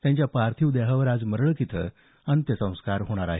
त्यांच्या पार्थिव देहावर आज मरळक इथं अंत्यसंस्कार होणार आहेत